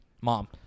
Mom